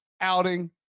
outing